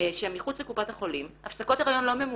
שמחוץ לקופת החולים הפסקות הריון לא ממומנות,